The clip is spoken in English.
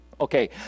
Okay